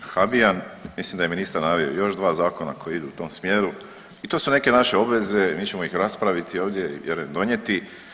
Habijan, mislim da je ministar naveo još 2 zakona koji idu u tom smjeru i to su neke naše obveze, mi ćemo ih raspraviti ovdje i vjerujem donijeti.